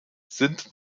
sind